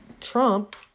Trump